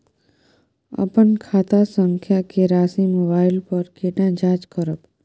अपन खाता संख्या के राशि मोबाइल पर केना जाँच करब?